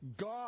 God